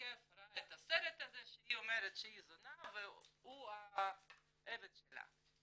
וההרכב ראה את הסרט הזה שהיא אומרת שהיא זונה והוא העבד שלה.